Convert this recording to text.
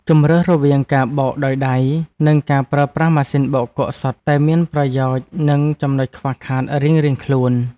ជម្រើសរវាងការបោកដោយដៃ និងការប្រើប្រាស់ម៉ាស៊ីនបោកគក់សុទ្ធតែមានអត្ថប្រយោជន៍ និងចំណុចខ្វះខាតរៀងៗខ្លួន។